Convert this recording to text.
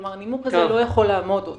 כלומר הנימוק הזה לא יכול לעמוד עוד.